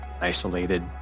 isolated